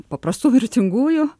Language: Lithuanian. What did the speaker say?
paprastų mirtingųjų